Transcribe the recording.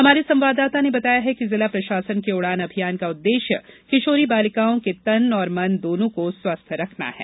हमारे संवाददाता ने बताया है कि जिला प्रशासन के उडान अभियान का उद्देश्य किशोरी बालिकाओं के तन और मन दोनों को स्वस्थ रखना है